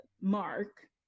Mark